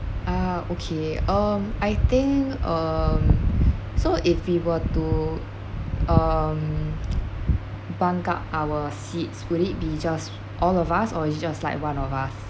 ah okay um I think um so if we were to um buck up our seats would it be just all of us or is just like one of us